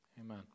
Amen